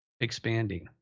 expanding